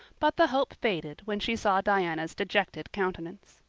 but the hope faded when she saw diana's dejected countenance.